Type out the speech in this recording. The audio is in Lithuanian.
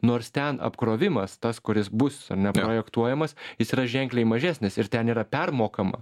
nors ten apkrovimas tas kuris bus ar ne projektuojamas jis yra ženkliai mažesnis ir ten yra permokama